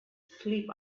sleep